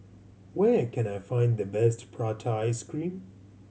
where can I find the best prata ice cream